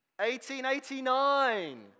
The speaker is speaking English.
1889